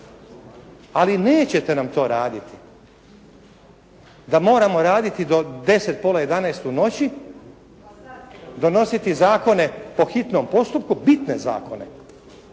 ali nećete nam to raditi. Da moramo raditi do 10, pola 11 u noći, donositi zakone po hitnom postupku, bitne zakone